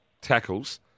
tackles